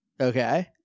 Okay